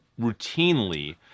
routinely